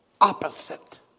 opposite